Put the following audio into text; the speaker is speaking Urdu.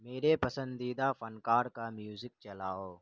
میرے پسندیدہ فن کار کا میوزک چلاؤ